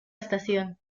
estación